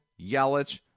Yelich